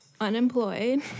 unemployed